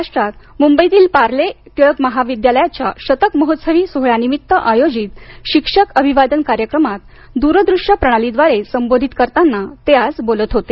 महाराष्ट्रात मुंबईतील पार्ले टिळक विद्यालयाच्या शतक महोत्सवी सोहळ्यानिमित्त आयोजित शिक्षक अभिवादन कार्यक्रमात दूरदृश्य प्रणालीद्वारे संबोधित करताना ते आज बोलत होते